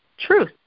truth